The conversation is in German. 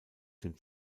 dem